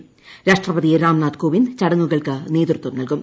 സമുചിതമായി രാഷ്ട്രപതി രാംനാഥ് കോവിന്ദ് ചടങ്ങുകൾക്ക് നേതൃത്വം നൽകും